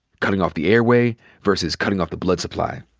cutting off the airway versus cutting off the blood supply.